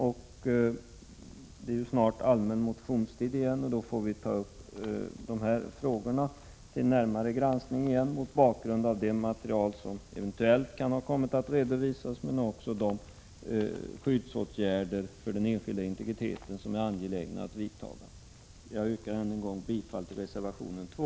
Snart börjar den allmänna motionstiden, och då får vi åter ta upp dessa frågor till närmare granskning mot bakgrund av det material som eventuellt kommit att redovisas men också mot bakgrund av de åtgärder som bör vidtas till skydd för den enskildes integritet. Jag yrkar än en gång bifall till reservationen 2.